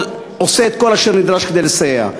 ועושה את כל אשר נדרש כדי לסייע.